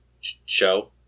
show